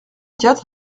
quatre